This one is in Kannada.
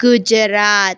ಗುಜರಾತ್